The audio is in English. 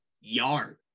yard